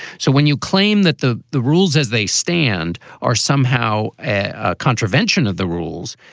so when you claim that the the rules as they stand are somehow ah contravention of the rules,